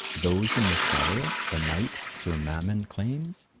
those in the cellar, the knight sir mammon claims?